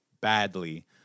badly